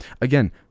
again